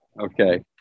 Okay